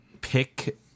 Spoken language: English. pick